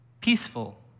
Peaceful